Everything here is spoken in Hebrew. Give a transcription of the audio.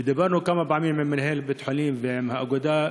ודיברנו כמה פעמים עם מנהל בית-החולים ועם האגודה,